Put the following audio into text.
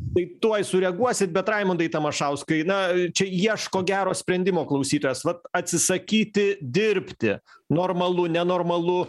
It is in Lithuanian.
tai tuoj sureaguosit bet raimundai tamašauskai na čia ieško gero sprendimo klausytojas vat atsisakyti dirbti normalu nenormalu